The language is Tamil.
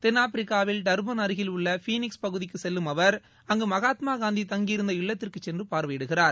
தென்னாப்பிரிக்காவில் டர்பைள் அருகில் உள்ள பீனிக்ஸ் பகுதிக்கு செல்லும் அவர் அங்கு மகாத்மா காந்தி தங்கியிருந்த இல்லத்திற்கு சென்று பார்வையிடுகிறார்